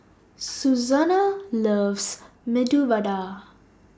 Susannah loves Medu Vada